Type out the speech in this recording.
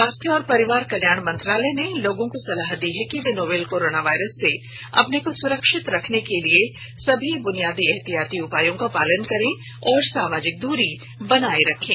स्वास्थ्य और परिवार कल्याण मंत्रालय ने लोगों को सलाह दी है कि वे नोवल कोरोना वायरस से अपने को सुरक्षित रखने के लिए सभी बुनियादी एहतियाती उपायों का पालन करें और सामाजिक दूरी बनाए रखें